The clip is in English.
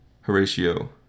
Horatio